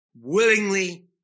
Willingly